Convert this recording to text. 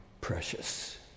precious